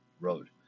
road